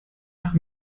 nach